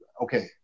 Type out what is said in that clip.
okay